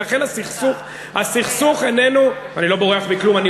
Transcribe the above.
ולכן הסכסוך איננו, סליחה, אתה